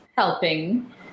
helping